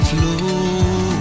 Flow